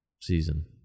season